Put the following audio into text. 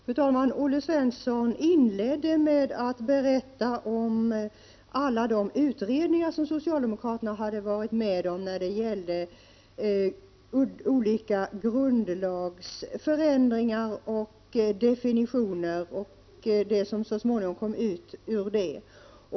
Fru talman! Olle Svensson inledde sitt anförande med att berätta om alla de utredningar som socialdemokraterna hade varit med om när det gällt olika grundlagsförändringar, definitioner och det som så småningom kommit ut av detta.